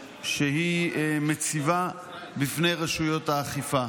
שהיא מציבה בפני רשויות האכיפה.